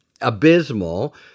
abysmal